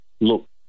Look